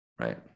Right